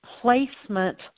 placement